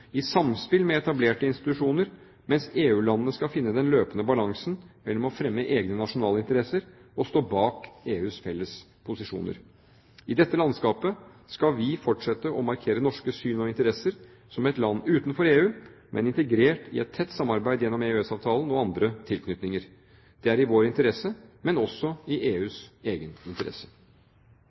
i samspill med etablerte institusjoner, mens EU-landene skal finne den løpende balansen mellom å fremme egne nasjonale interesser og stå bak EUs felles posisjoner. I dette landskapet skal vi fortsette å markere norske syn og interesser – som et land utenfor EU, men integrert i et tett samarbeid gjennom EØS-avtalen og andre tilknytninger. Det er i vår interesse, men også i EUs egen interesse.